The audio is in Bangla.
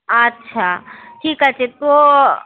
আচ্ছা ঠিক আছে তো